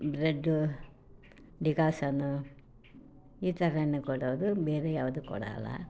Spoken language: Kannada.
ಬ್ರೆಡ್ಡು ಡಿಕಾಸನ್ನು ಈ ಥರನೇ ಕೊಡೋದು ಬೇರೆ ಯಾವುದು ಕೊಡೋಲ್ಲ